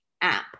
app